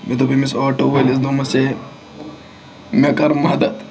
مےٚ دوٚپ أمِس آٹو وٲلِس دوٚپمَس ہے مےٚ کَر مدتھ